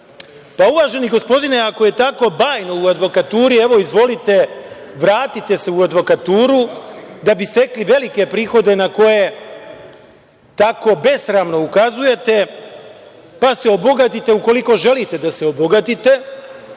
uvaženi gospodine, ako je tako bajno u advokaturi, evo izvolite vratite se u advokaturu da bi stekli velike prihode na koje tako besramno ukazujete, pa se obogatite ukoliko želite da se obogatite